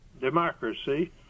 democracy